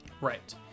Right